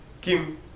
Kim